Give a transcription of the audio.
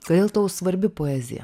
kodėl tau svarbi poezija